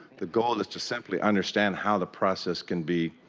the goal is to simply understand how the process can be